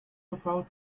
without